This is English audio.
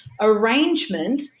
arrangement